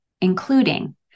including